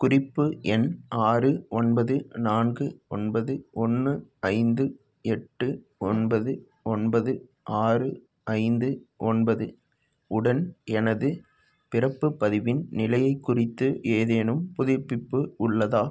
குறிப்பு எண் ஆறு ஒன்பது நான்கு ஒன்பது ஒன்று ஐந்து எட்டு ஒன்பது ஒன்பது ஆறு ஐந்து ஒன்பது உடன் எனது பிறப்புப் பதிவின் நிலையைக் குறித்து ஏதேனும் புதுப்பிப்பு உள்ளதா